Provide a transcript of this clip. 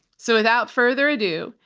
so, without further ado,